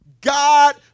God